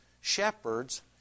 shepherds